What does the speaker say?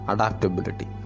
Adaptability